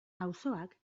auzoak